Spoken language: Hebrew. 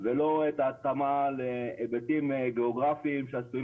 ולא את ההתאמה להיבטים גיאוגרפים שעשויים